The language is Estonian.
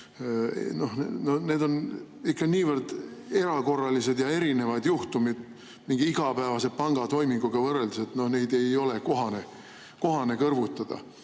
need on ikka niivõrd erakorralised ja erinevad juhtumid mingi igapäevase pangatoiminguga võrreldes, neid ei ole kohane kõrvutada.